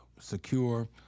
secure